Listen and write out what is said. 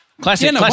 Classic